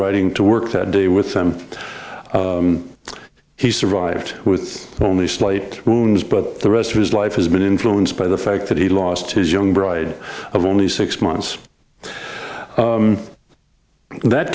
riding to work that day with them he survived with only slight rooms but the rest of his life has been influenced by the fact that he lost his young bride of only six months that